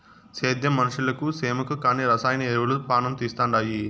సేద్యం మనుషులకు సేమకు కానీ రసాయన ఎరువులు పానం తీస్తండాయి